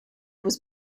was